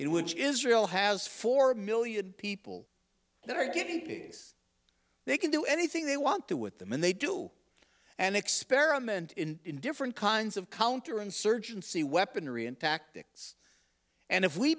in which israel has four million people that are getting peace they can do anything they want to with them and they do an experiment in different kinds of counter insurgency weaponry and tactics and if we